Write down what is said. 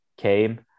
came